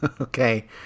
Okay